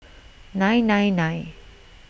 nine nine nine